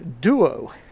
duo